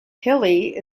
hilly